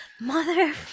mother